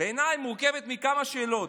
בעיניי מורכבת מכמה שאלות,